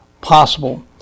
possible